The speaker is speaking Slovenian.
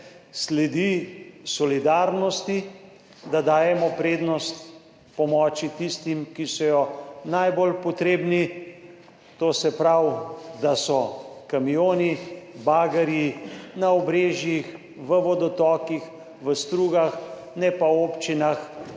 sledi solidarnosti, da dajemo prednost pomoči tistim, ki so najbolj potrebni. To se pravi, da so kamioni, bagerji na obrežjih, v vodotokih, v strugah, ne pa v občinah,